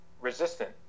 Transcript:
resistant